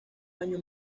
años